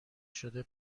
شده